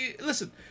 listen